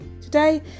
Today